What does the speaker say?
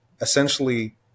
essentially